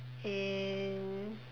and